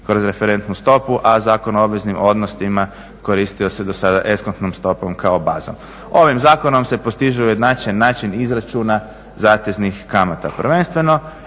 kroz referentnu stopu, a Zakon o obveznim odnosima koristio se do sada eskontnom stopom kao bazom. Ovim zakonom se postiže ujednačen način izračuna zateznih kamata prvenstveno.